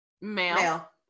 Male